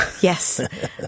Yes